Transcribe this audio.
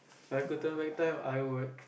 If I could turn back time I would